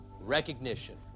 recognition